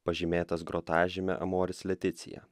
pažymėtas grotažyme amoris leticija